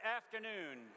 afternoon